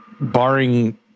barring